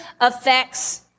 affects